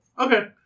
Okay